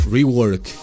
Rework